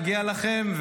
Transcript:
מגיע לכם,